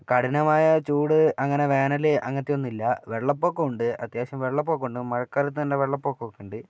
കഠിനമായ ചൂട് അങ്ങനെ വേനൽ അങ്ങനത്തെ ഒന്നുമില്ല വെള്ളപ്പൊക്കം ഉണ്ട് അത്യാവശ്യം വെള്ളപ്പൊക്കം ഉണ്ട് മഴക്കാലത്ത് നല്ല വെള്ളപ്പൊക്കമൊക്കെയുണ്ട്